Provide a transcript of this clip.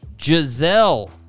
Giselle